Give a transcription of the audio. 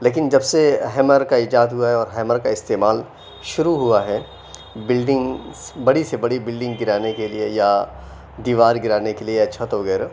لیکن جب سے ہیمر كا ایجاد ہُوا ہے اور ہیمر كا استعمال شروع ہُوا ہے بلڈنگس بڑی سی بڑی بلڈنگ گرانے کے لیے یا دیوار گرانے کے لیے یا چھت وغیرہ